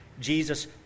Jesus